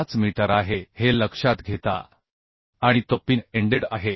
5 metre आहे हे लक्षात घेता आणि तो पिन एंडेड आहे